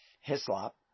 Hislop